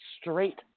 straight